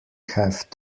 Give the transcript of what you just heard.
have